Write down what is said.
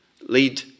lead